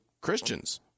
Christians